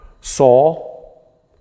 Saul